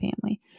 family